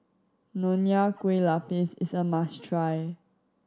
Nonya Kueh Lapis is a must try